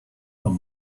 and